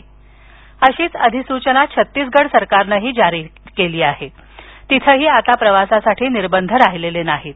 E pass अशीच अधिसूचना छत्तीसगढ सरकारनं जाहीर केली असून तिथंही आता प्रवासासाठी निर्बंध राहिलेले नाहीत